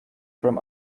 from